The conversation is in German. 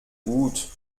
gut